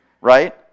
right